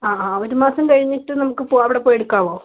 ഒരു മാസം കഴിഞ്ഞിട്ട് നമുക്ക് അവിടെ പോയിട്ട് എടുക്കാമോ